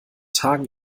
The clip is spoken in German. tagen